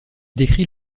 décrit